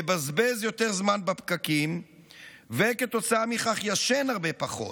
מבזבז יותר זמן בפקקים וכתוצאה מכך ישן הרבה פחות.